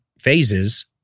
phases